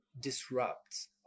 disrupts